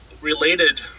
related